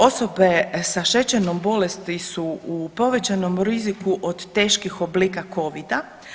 Osobe sa šećernom bolesti su u povećanom riziku od teških oblika covida.